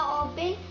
open